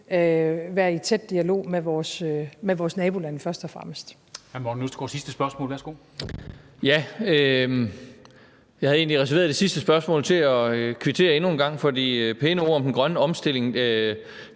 Værsgo. Kl. 13:25 Morten Østergaard (RV): Jeg havde egentlig reserveret det sidste spørgsmål til at kvittere endnu en gang for de pæne ord om den grønne omstilling.